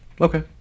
Okay